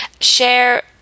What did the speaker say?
Share